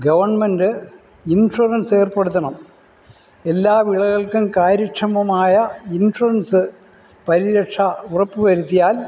government insurance ഏർപ്പെടുത്തണം എല്ലാ വിളകൾക്കും കാര്യക്ഷമമായ ഇൻഷുറൻസ് പരിരക്ഷ ഉറപ്പുവരുത്തിയാൽ